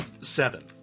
seven